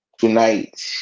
Tonight